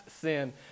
sin